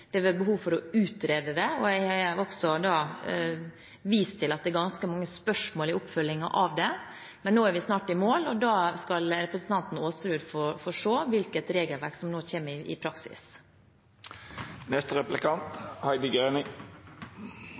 det har vært behov for å utrede det, og jeg har også vist til at det er ganske mange spørsmål i oppfølgingen av det. Men nå er vi snart i mål, og da skal representanten Aasrud få se hvilket regelverk som nå kommer i praksis. Statsråden sier i